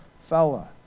fella